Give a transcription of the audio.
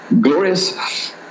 glorious